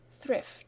thrift